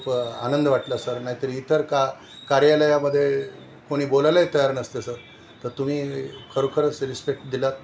खूप आनंद वाटला सर नाहीतरी इतर का कार्यालयामध्ये कोणी बोलायलाही तयार नसते सर तर तुम्ही खरोखरच रिस्पेक्ट दिलात